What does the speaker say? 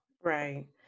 right